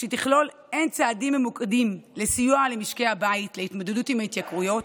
שתכלול הן צעדים ממוקדים לסיוע למשקי הבית להתמודדות עם ההתייקרויות,